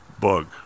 bug